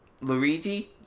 Luigi